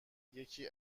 یکی